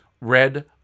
Red